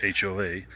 HOA